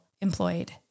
employed